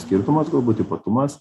skirtumas galbūt ypatumas